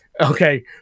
Okay